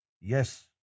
Yes